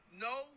No